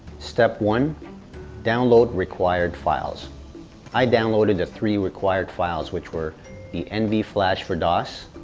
step one download required files i downloaded the three required files, which were the nvflash for dos,